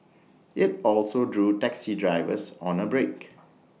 IT also drew taxi drivers on A break